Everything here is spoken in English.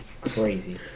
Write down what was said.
Crazy